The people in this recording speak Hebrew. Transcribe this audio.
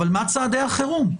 אבל מה צעדי החירום?